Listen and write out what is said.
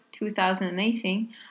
2018